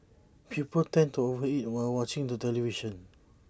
people tend to over eat while watching the television